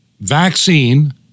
vaccine